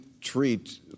treat